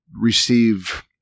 receive